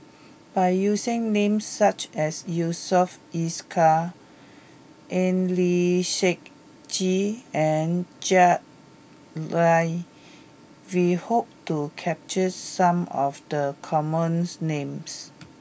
by using names such as Yusof Ishak Eng Lee Seok Chee and Jack Lai we hope to capture some of the common names